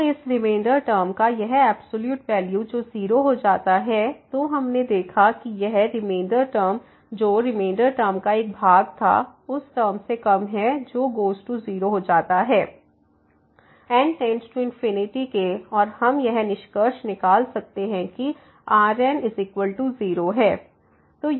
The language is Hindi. तो इस रिमेंडर टर्म का यह एब्सॉल्यूट वैल्यू जो 0 हो जाता है तो हमने देखा कि यह रिमेंडर टर्म जो रिमेंडर टर्म का एक भाग था उस टर्म से कम है जो गोज़ टू 0 हो जाता है n→∞ के और हम यह निष्कर्ष निकाल सकते हैं कि Rn 0 है